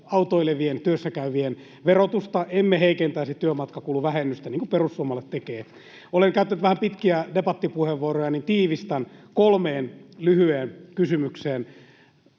autoilevien työssä käyvien verotusta, emme heikentäisi työmatkakuluvähennystä, niin kuin perussuomalaiset tekevät. Olen käyttänyt vähän pitkiä debattipuheenvuoroja, niin tiivistän kolmeen lyhyeen kysymykseen.